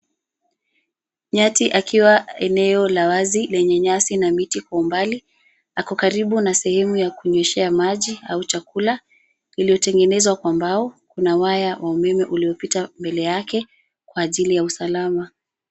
Nyati akiwa eneo la wazi lenye nyasi na miti kwa umbali ako karibu na sehemu ya kunyushia maji au chakula iliyo tengenezwa kwa mbao na waya wa umeme ulio pita kwa mbele yake kwa ajili ya usalama.